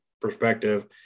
perspective